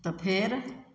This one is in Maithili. तऽ फेर